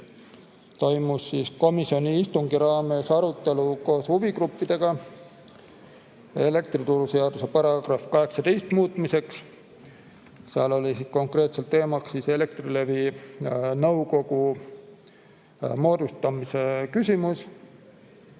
toimus komisjoni istungi raames arutelu koos huvigruppidega elektrituruseaduse § 18 muutmiseks. Seal oli konkreetselt teemaks Elektrilevi nõukogu moodustamise küsimus.